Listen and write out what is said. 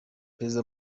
perezida